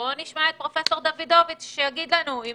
בואו נשמע את פרופסור דודוביץ' שיגיד לנו אם